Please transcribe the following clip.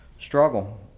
struggle